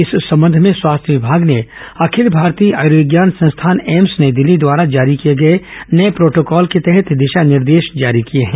इस संबंध में स्वास्थ्य विभाग ने अखिल भारतीय आयूर्विज्ञान संस्थान एम्स नई दिल्ली द्वारा जारी किए गए नए प्रोटोकॉल के तहत दिशा निर्देश जारी किए हैं